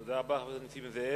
תודה רבה, חבר הכנסת נסים זאב.